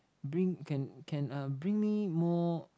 bring can can uh bring me more